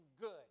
good